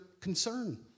concern